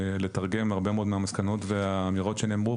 לתרגם הרבה מאוד מהמסקנות והאמירות שנאמרו